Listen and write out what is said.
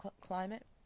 climate